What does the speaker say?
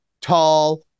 tall